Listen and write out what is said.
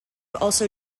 also